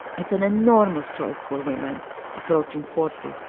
it's an enormous choice for women approaching forty,